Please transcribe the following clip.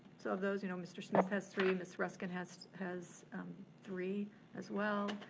so of those, you know mr. smith has three, ms. ruskin has has three as well.